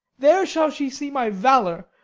there shall she see my valour,